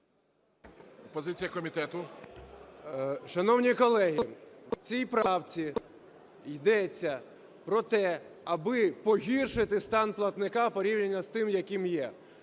Шановні колеги, в цій правці йдеться про те, аби погіршити стан платника порівняно з тим, який є.